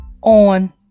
on